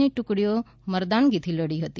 ની ટુકડીઓ મરદાનગીથી લડી હતી